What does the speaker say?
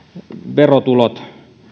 verotulot